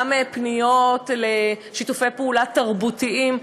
גם פניות לשיתופי פעולה תרבותיים,